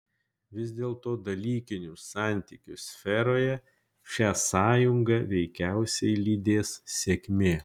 vis dėlto dalykinių santykių sferoje šią sąjungą veikiausiai lydės sėkmė